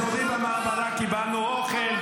ביסודי במעברה קיבלנו אוכל,